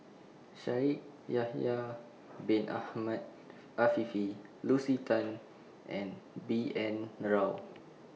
Shaikh Yahya Bin Ahmed Afifi Lucy Tan and B N Rao